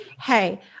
Hey